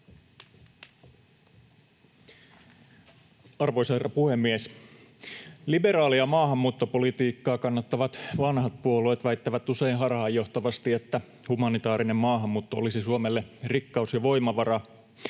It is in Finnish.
Arvoisa herra puhemies! Liberaalia maahanmuuttopolitiikkaa kannattavat vanhat puolueet väittävät usein harhaanjohtavasti, että humanitaarinen maahanmuutto olisi Suomelle rikkaus ja voimavara.